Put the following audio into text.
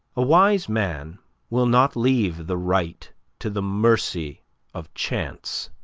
a wise man will not leave the right to the mercy of chance,